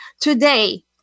today